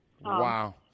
Wow